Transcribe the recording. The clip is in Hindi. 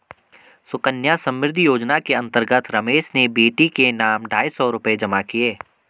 सुकन्या समृद्धि योजना के अंतर्गत रमेश ने बेटी के नाम ढाई सौ रूपए जमा किए